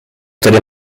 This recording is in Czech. tedy